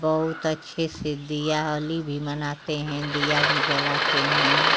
बहुत अच्छे से दिवाली भी मनाते हैं दिया भी जलाते हैं